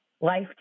life